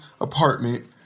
apartment